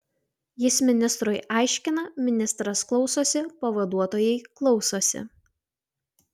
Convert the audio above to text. jis ministrui aiškina ministras klausosi pavaduotojai klausosi